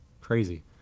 crazy